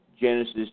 Genesis